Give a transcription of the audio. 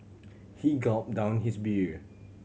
he gulped down his beer